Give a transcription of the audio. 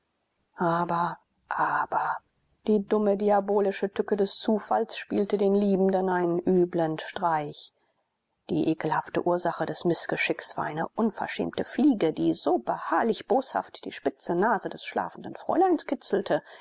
aber aber die dumme diabolische tücke des zufalls spielte den liebenden einen üblen streich die ekelhafte ursache des mißgeschicks war eine unverschämte fliege die so beharrlich boshaft die spitze nase des schlafenden fräuleins kitzelte